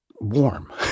warm